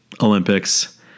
Olympics